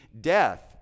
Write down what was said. death